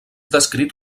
descrit